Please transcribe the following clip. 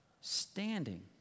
standing